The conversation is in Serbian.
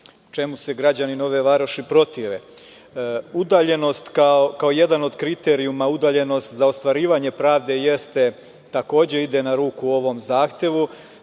čemu se građani Nove Varoši protive. Udaljenost kao jedan od kriterijuma, udaljenost za ostvarivanje pravde jeste takođe ide na ruke ovom zahtevu.